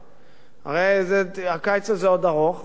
הרי הקיץ הזה עוד ארוך, והוא לפנינו.